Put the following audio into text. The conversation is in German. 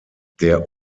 der